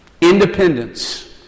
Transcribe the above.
Independence